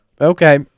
Okay